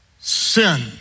sin